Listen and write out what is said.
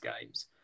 games